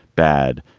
bad,